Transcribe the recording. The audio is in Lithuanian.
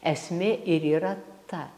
esmė ir yra ta